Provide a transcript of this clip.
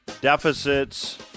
deficits